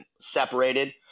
separated